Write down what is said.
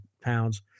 pounds